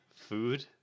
food